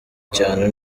cyane